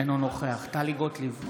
אינו נוכח טלי גוטליב,